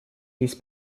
his